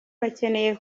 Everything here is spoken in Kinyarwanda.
bakeneye